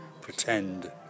pretend